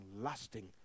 lasting